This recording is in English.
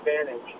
advantage